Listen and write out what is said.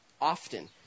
often